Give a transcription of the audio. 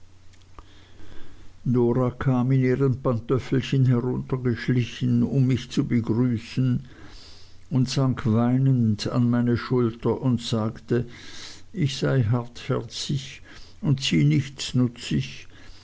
in ihren pantöffelchen heruntergeschlichen um mich zu begrüßen und sank weinend an meine schulter und sagte ich sei hartherzig und sie nichtsnutzig